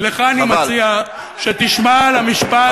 לך אני מציע שתשמע למשפט,